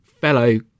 fellow